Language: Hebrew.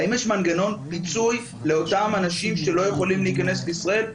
האם יש מנגנון פיצוי לאותם אנשים שלא יכולים להיכנס לישראל?